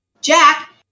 jack